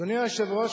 אדוני היושב-ראש,